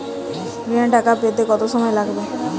ঋণের টাকা পেতে কত সময় লাগবে?